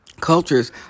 cultures